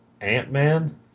Ant-Man